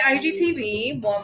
IGTV